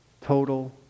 total